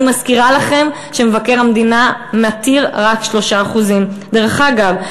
אני מזכירה לכם שמבקר המדינה מתיר רק 3%. דרך אגב,